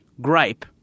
gripe